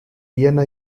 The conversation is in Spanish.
viena